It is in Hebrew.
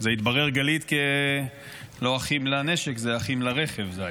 זה התברר, גלית, לא כאחים לנשק זה היה אחים לרכב.